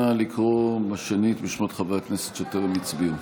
אנא לקרוא שנית בשמות חברי הכנסת שטרם הצביעו.